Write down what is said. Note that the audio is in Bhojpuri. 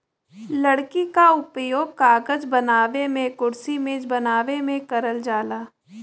लकड़ी क उपयोग कागज बनावे मेंकुरसी मेज बनावे में करल जाला